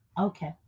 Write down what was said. okay